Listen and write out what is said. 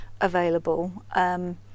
available